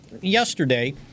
yesterday